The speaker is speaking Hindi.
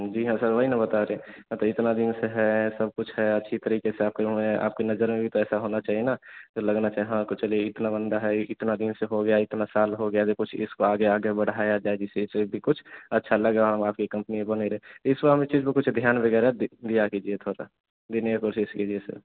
जी हाँ सर वही ना बता रहे बताइए इतना दिन से है सब कुछ है अच्छे तरीक़े से आपके हुए हैं आपकी नज़र में भी तो ऐसा होना चाहिए ना तो लगना चाहिए हाँ कुछ चलेगी इतना बंदा है इतना दिन से हो गया इतना साल हो गया देखो से इसको आगे आगे बढ़ाया जाए जिससे इसे भी कुछ अच्छा लगा हम आपकी कम्पनी को मेरे इस मामले चीज़ में भी कुछ ध्यान वग़ैरह दिया कीजिए थोड़ा सा देने की कोशिश कीजिए सर